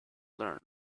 learn